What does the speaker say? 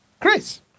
Chris